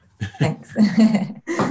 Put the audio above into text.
Thanks